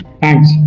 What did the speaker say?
Thanks